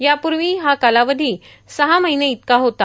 यापूर्वी हा कालावधी सहा महिने इतका होता